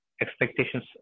expectations